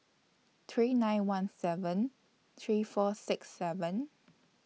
three nine one seven three four six seven